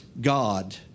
God